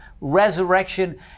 resurrection